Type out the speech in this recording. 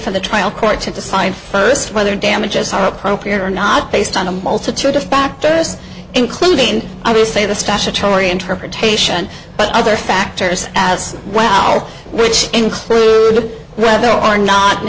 for the trial court to decide first whether damages are appropriate or not based on a multitude of factors including i do say the statutory interpretation but other factors as well which include whether or not